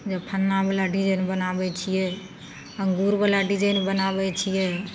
जे फल्लाँवला डिजाइन बनाबय छियै अंगूरवला डिजाइन बनाबय छियै